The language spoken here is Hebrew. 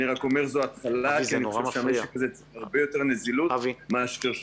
אבל זאת התחלה כי המשק הזה צריך הרבה יותר נזילות מאשר שניים,